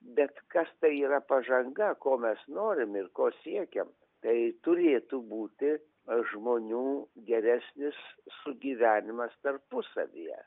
bet kas tai yra pažanga ko mes norim ir ko siekiam tai turėtų būti žmonių geresnis sugyvenimas tarpusavyje